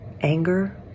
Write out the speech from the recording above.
anger